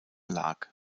lag